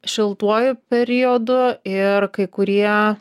šiltuoju periodu ir kai kurie